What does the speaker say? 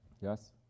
Yes